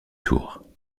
tours